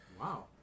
Wow